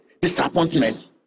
disappointment